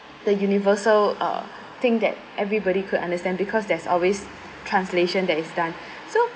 the universal uh thing that everybody could understand because there's always translation that is done so